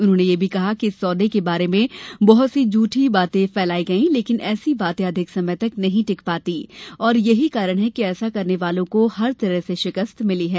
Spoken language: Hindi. उन्होंने यह भी कहा कि इस सौदे के बारे में बहुत सी झूठी बातें फैलाई गई लेकिन ऐसी बातें अधिक समय तक नहीं टिक पाती और यही कारण है कि ऐसा करने वालों को हर तरह से शिकस्त मिली है